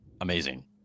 amazing